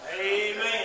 Amen